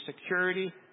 security